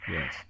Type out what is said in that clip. Yes